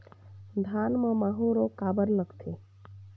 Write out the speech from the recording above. धान म माहू रोग काबर लगथे?